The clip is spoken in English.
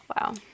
Wow